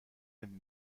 and